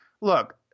look